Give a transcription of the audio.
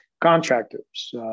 Contractors